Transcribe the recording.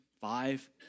five